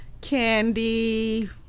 candy